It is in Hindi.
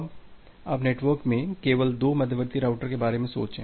अब आप नेटवर्क में केवल दो मध्यवर्ती राउटर के बारे में सोचे